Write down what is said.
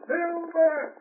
Silver